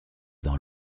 dans